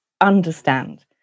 understand